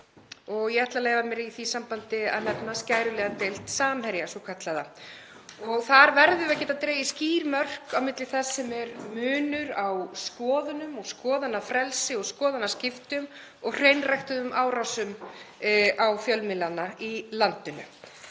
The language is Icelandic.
og ég ætla að leyfa mér í því sambandi að nefna skæruliðadeild Samherja, svokallaða. Þar verðum við að geta dregið skýr mörk á milli þess sem er munur á skoðunum og skoðanafrelsi og skoðanaskiptum og hreinræktuðum árásum á fjölmiðlana í landinu.